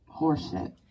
Horseshit